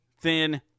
thin